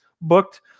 booked